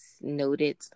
noted